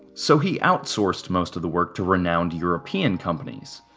so, he outsourced most of the work to renowned european companies.